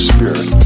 Spirit